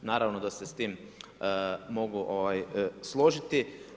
Naravno da se s tim mogu složiti.